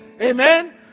Amen